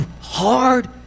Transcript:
hard